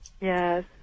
Yes